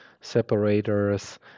separators